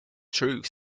truth